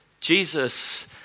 Jesus